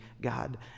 God